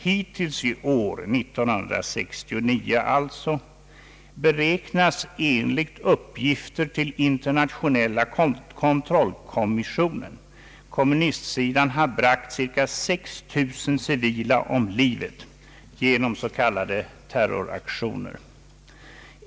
Hittills i år — alltså 1969 — beräknas enligt uppgifter till Internationella kontrollkommissionen kommunistsidan ha bragt cirka 6 000 civila människor om livet genom s.k. terroraktioner.